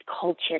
culture